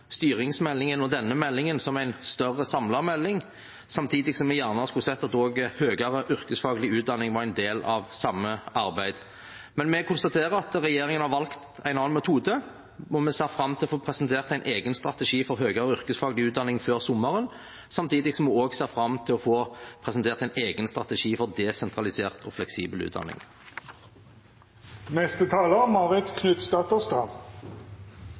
styringsmeldingen og denne meldingen som en større, samlet melding. Samtidig skulle vi gjerne sett at høyere yrkesfaglig utdanning var en del av det samme arbeidet. Men vi konstaterer at regjeringen har valgt en annen metode. Vi ser fram til å få presentert en egen strategi for høyere yrkesfaglig utdanning før sommeren. Samtidig ser vi fram til å få presentert en egen strategi for desentralisert og fleksibel